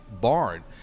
barn